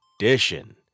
edition